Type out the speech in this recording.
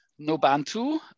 Nobantu